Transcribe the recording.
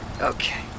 Okay